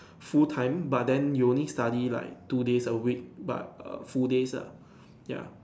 full time but then you need study like two days a week but err full days ah ya